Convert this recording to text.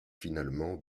finalement